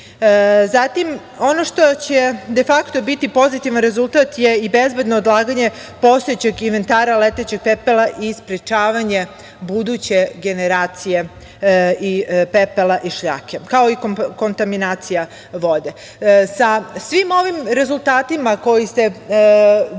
kubnih. Zatim, ono što će de fakto biti pozitivan rezultat je i bezbedno odlaganje postojećeg inventara letećeg pepela i sprečavanje buduće generacije pepela i šljake, kao i kontaminacija vode. Sa svim ovim rezultatima de fakto